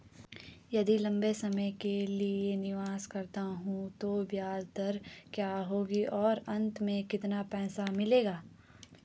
यदि लंबे समय के लिए निवेश करता हूँ तो ब्याज दर क्या होगी और अंत में कितना पैसा मिलेगा?